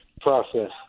process